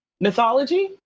mythology